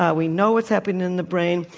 ah we know what's happening in the brain.